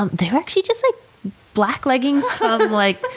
um they were actually just like black leggings from, like,